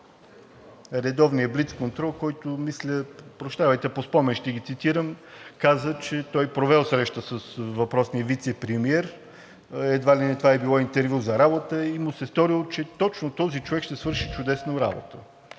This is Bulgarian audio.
редовния блицконтрол, който спомен ще цитирам, каза, че той провел среща с въпросния вицепремиер. Едва ли това е било интервю за работа и му се сторило, че точно този човек ще свърши чудесна работа.